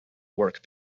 work